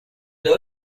the